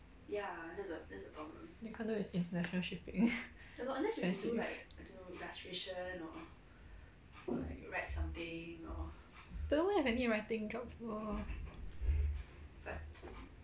you can't do international shipping expensive don't even have any writing jobs lor